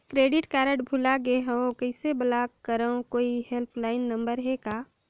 Credit card भुला गे हववं कइसे ब्लाक करव? कोई हेल्पलाइन नंबर हे का?